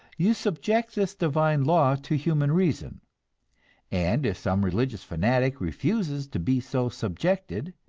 you subject this divine law to human reason and if some religious fanatic refuses to be so subjected,